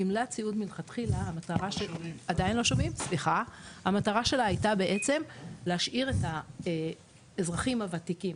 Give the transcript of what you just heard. גמלת סיעוד מלכתחילה המטרה שלה הייתה בעצם להשאיר את האזרחים הוותיקים,